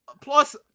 plus